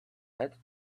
had